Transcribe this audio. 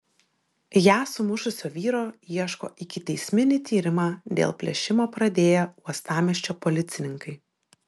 ją sumušusio vyro ieško ikiteisminį tyrimą dėl plėšimo pradėję uostamiesčio policininkai